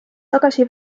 tagasi